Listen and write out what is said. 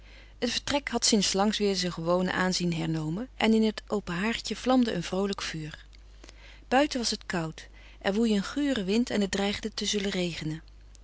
het vertrek had sinds lang weêr zijn gewoon aanzien hernomen en in het open haardje vlamde een vroolijk vuur buiten was het koud er woei een gure wind en het dreigde te zullen regenen